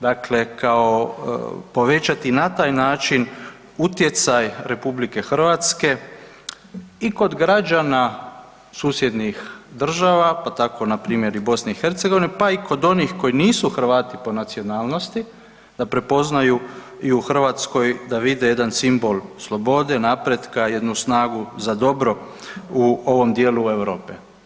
Dakle, kao povećati na taj način utjecaj RH i kod građana susjednih država, pa tako na primjer i BiH, pa i kod onih koji nisu Hrvati po nacionalnosti, da prepoznaju i u Hrvatskoj, da vide jedan simbol slobode, napretka, jednu snagu za dobro u ovom dijelu Europe.